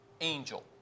angel